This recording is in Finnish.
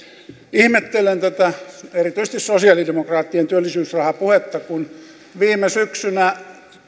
ihmettelen erityisesti tätä sosialidemokraattien työllisyysrahapuhetta kun viime syksynä